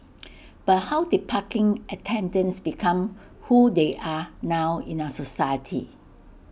but how did parking attendants become who they are now in our society